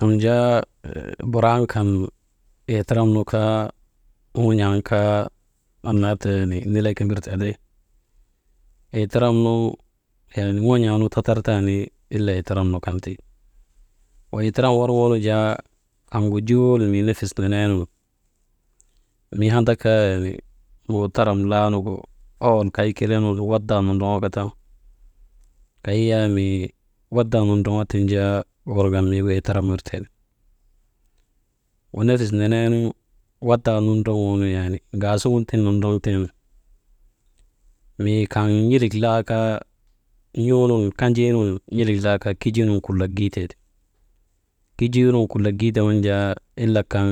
Am jaa buraan kaa itaram nu kan ŋon̰aa kaa annnaa ti yaanii nilee kimbirtee aday itaran yaanii ŋon̰aanu tatar taani itaram nu kan ti, wey itaram worŋoonu kaŋgu jul mii nefis neneenu mii andaka yaanii muutaram laanugu owol kay kelee nun wada nondroŋoka ta kay yak mii wada nondroŋoo tiŋ jaa wurŋan mii gu itaram wir tee ti, wa nafis nenee nu wada nondroŋuu nu yaanii, ŋaasuŋun tiŋ nondroŋtee nu, mii kaŋ n̰ilik laakaa n̰uu nun kanji nun n̰ilik laa kaa kijii nun kulak giiteeti, kijii nun kulak giitee waŋ jaa ile kaŋ